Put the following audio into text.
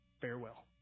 Farewell